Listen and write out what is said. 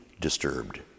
disturbed